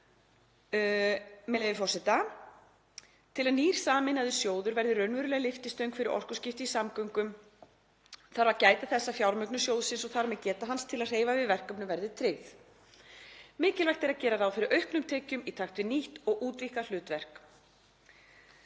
með leyfi forseta: „Til að nýr sameinaður sjóður verði raunveruleg lyftistöng fyrir orkuskipti í samgöngum þarf að gæta þess að fjármögnun sjóðsins og þar með geta hans til að hreyfa við verkefnum verði tryggð. Mikilvægt er að gera ráð fyrir auknum tekjum í takt við nýtt og útvíkkað hlutverk.